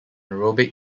aerobic